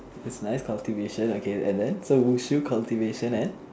this is nice cultivation okay and then so 武术:wushu cultivation and